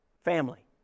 family